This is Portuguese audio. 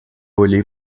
olhei